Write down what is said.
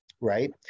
right